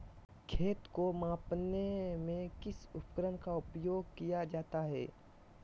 खेत को मापने में किस उपकरण का उपयोग किया जाता है?